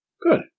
Good